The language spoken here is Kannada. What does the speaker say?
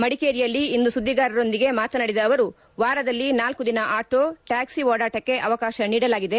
ಮಡಿಕೇರಿಯಲ್ಲಿ ಇಂದು ಸುದ್ದಿಗಾರರೊಂದಿಗೆ ಮಾತನಾಡಿದ ಅವರು ವಾರದಲ್ಲಿ ನಾಲ್ಕು ದಿನ ಆಟೋ ಟ್ಯಾಕ್ಸಿ ಓಡಾಟಕ್ಕೆ ಅವಕಾಶ ನೀಡಲಾಗಿದೆ